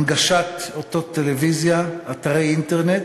הנגשת אותות טלוויזיה, אתרי אינטרנט,